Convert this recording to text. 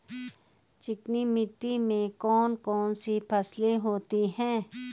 चिकनी मिट्टी में कौन कौन सी फसलें होती हैं?